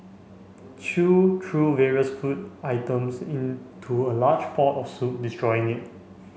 chew threw various food items into a large pot of soup destroying it